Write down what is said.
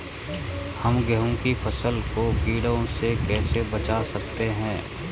हम गेहूँ की फसल को कीड़ों से कैसे बचा सकते हैं?